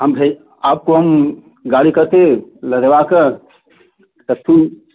हम भेज आपको हम गाड़ी करके लदवा कर सब तब तुम